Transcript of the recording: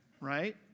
right